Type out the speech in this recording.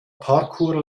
parkour